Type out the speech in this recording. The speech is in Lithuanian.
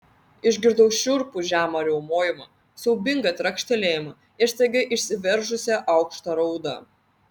išgirdau šiurpų žemą riaumojimą siaubingą trakštelėjimą ir staiga išsiveržusią aukštą raudą